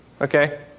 okay